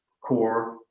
core